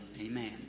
Amen